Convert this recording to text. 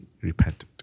repented